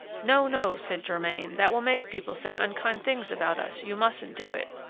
no, no! said germain, that will make people say unkind things about us! you mustn't do it.